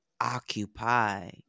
occupy